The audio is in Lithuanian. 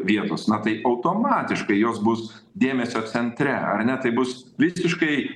vietos na tai automatiškai jos bus dėmesio centre ar ne tai bus visiškai